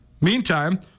Meantime